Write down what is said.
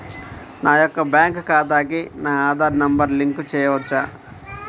నా యొక్క బ్యాంక్ ఖాతాకి నా ఆధార్ నంబర్ లింక్ చేయవచ్చా?